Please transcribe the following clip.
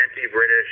anti-British